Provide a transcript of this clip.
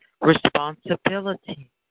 responsibility